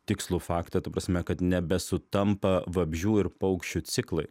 tikslų faktą ta prasme kad nebesutampa vabzdžių ir paukščių ciklai